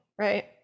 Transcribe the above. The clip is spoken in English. right